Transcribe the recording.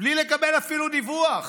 בלי לקבל אפילו דיווח,